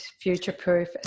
future-proof